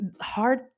hard